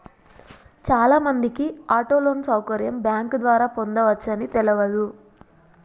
చాలామందికి auto loan సౌకర్యం bank ద్వారా పొందవచ్చని తెలవదు